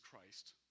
Christ